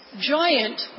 giant